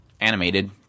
animated